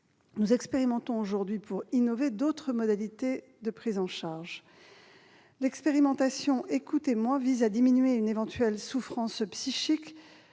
Nous innovons aujourd'hui en expérimentant d'autres modalités de prise en charge. L'expérimentation Écout'Émoi vise à diminuer l'éventuelle souffrance psychique